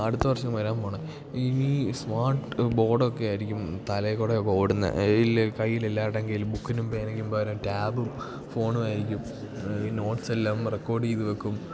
അടുത്ത വർഷം വരാൻ പോണെ ഇനി സ്മാർട്ട് ബോർഡൊക്കെ ആയിരിക്കും തലേക്കൂടെ ഓടുന്നത് ഇല്ലേ കയ്യില്ലെല്ലാർടേം കയ്യിൽ ബുക്കിനും പേനക്കും പകരം ടാബും ഫോണും ആയിരിക്കും ഈ നോട്ട്സെല്ലാം റെക്കോർഡ് ചെയ്ത് വെക്കും